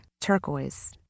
Turquoise